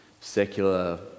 secular